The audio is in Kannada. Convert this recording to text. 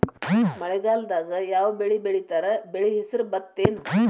ಮಳೆಗಾಲದಾಗ್ ಯಾವ್ ಬೆಳಿ ಬೆಳಿತಾರ, ಬೆಳಿ ಹೆಸರು ಭತ್ತ ಏನ್?